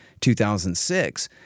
2006